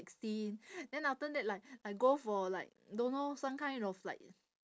sixteen then after that like like go for like don't know some kind of like